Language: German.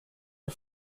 der